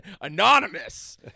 anonymous